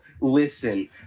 Listen